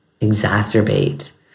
exacerbate